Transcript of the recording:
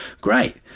Great